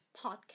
podcast